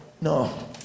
no